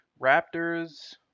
Raptors